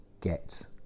get